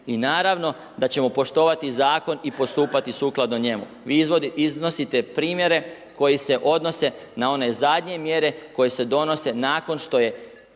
I naravno da ćemo poštovati zakon i postupati sukladno njemu. Vi iznosite primjere koji se odnose na one zadnje mjere, koje se donose nakon što je